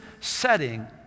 setting